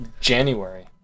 January